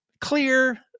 clear